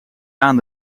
aan